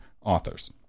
authors